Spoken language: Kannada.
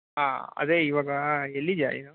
ಹಾಂ ಅದೇ ಇವಾಗ ಎಲ್ಲಿದ್ದೀಯಾ ನೀನು